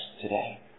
today